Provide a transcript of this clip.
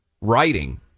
writing